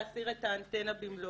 להסיר את האנטנה במלואה.